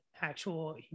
actual